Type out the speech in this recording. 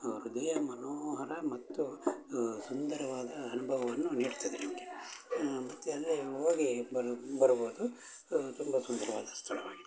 ಹೃದಯ ಮನೋಹರ ಮತ್ತು ಸುಂದರವಾದ ಅನುಭವವನ್ನು ನೀಡ್ತದೆ ನಿಮಗೆ ಮತ್ತು ಅಲ್ಲಿ ಹೋಗಿ ಬರು ಬರಬೌದು ತುಂಬ ಸುಂದರವಾದ ಸ್ಥಳವಾಗಿದೆ